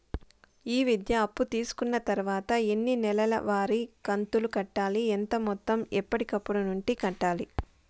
ఈ విద్యా అప్పు తీసుకున్న తర్వాత ఎన్ని నెలవారి కంతులు కట్టాలి? ఎంత మొత్తం ఎప్పటికప్పుడు నుండి కట్టాలి?